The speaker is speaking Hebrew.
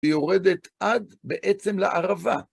היא יורדת עד בעצם לערבה.